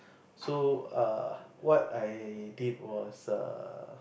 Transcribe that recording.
so err what I did was err